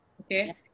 okay